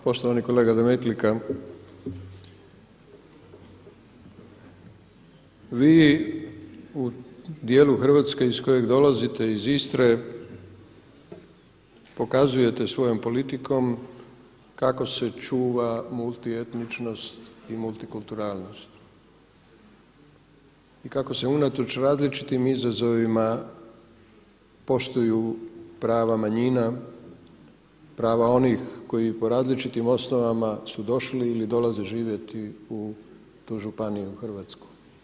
Poštovani kolega Demetlika, vi u dijelu Hrvatske iz kojeg dolazite, iz Istre pokazujete svojom politikom kako se čuva multietničnost i multikulturalnost i kako se unatoč različitim izazovima poštuju prava manjina, prava onih koji po različitim osnovama su došli ili dolaze živjeti u tu županiju Hrvatsku.